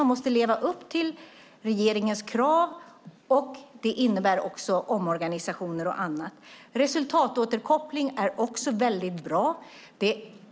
Man måste ju leva upp till regeringens krav, och det innebär också omorganisationer och annat. Resultatåterkoppling är också väldigt bra.